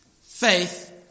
faith